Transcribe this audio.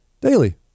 Daily